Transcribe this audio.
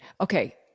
Okay